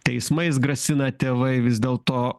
teismais grasina tėvai vis dėlto